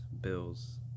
Bills